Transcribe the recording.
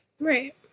Right